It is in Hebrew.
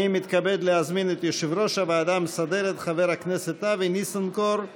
אני מתכבד להזמין את יושב-ראש הוועדה המסדרת חבר הכנסת אבי ניסנקורן